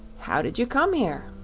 how did you come here?